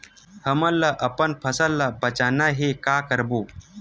हमन ला अपन फसल ला बचाना हे का करबो?